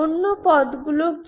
অন্য পদগুলি কি